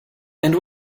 and